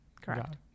correct